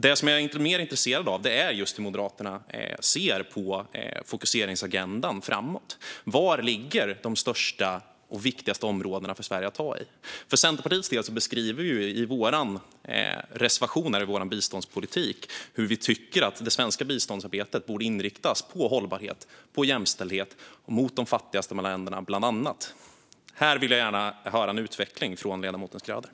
Det som jag är mer intresserad av är just hur Moderaterna ser på fokuseringsagendan framåt. Var ligger de största och viktigaste områdena för Sverige att ta i? För Centerpartiets del beskriver vi i våra reservationer vår biståndspolitik och hur vi tycker att det svenska biståndsarbetet borde inriktas på hållbarhet, jämställdhet och på de fattigaste länderna, bland annat. Här vill jag gärna höra en utveckling från ledamoten Schröder.